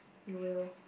you will